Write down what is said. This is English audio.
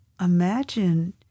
imagine